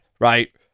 right